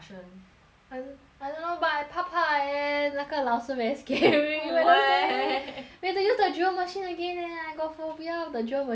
I I don't know but I 怕怕 leh 那个老师 very scary we have to use the drill machine again leh I got phobia of the drill machine